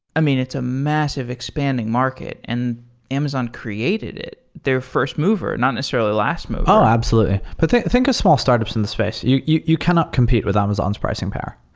i mean, it's a massive expanding market, and amazon created it. their first mover, not necessarily last mover. oh! absolutely. but think think of small startups in the space, you you cannot compete with amazon's pricing power.